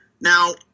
Now